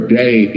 day